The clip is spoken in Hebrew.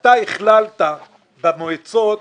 אתה הכללת במועצות,